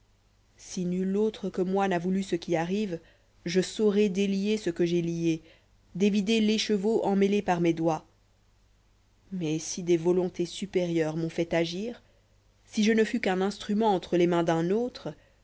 si nul autre que moi n'a voulu ce qui arrive je saurai délier ce que j'ai lié dévider l'écheveau emmêlé par mes doigts mais si des volontés supérieures m'ont fait agir si je ne fus qu'un instrument entre les mains d'un autre